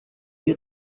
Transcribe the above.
huit